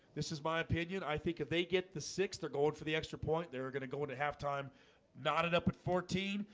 this is my opinion i think if they get the six, they're gold for the extra point. they're gonna go into halftime knotted up at fourteen.